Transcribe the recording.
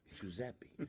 Giuseppe